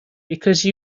because